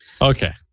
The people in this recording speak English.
Okay